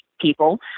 people